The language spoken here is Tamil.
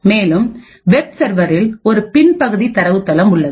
மேலும் வெப் சர்வரில் ஒரு பின்பகுதி தரவுத்தளம் உள்ளது